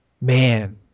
man